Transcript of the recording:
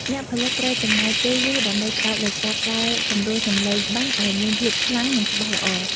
អ្នកផលិតត្រូវចំណាយពេលយូរដើម្បីផ្ដោតលើការកែសម្រួលសំឡេងបាសឱ្យមានភាពខ្លាំង និង ច្បាស់ល្អ។